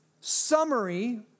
summary